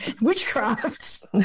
Witchcraft